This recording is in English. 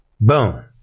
Boom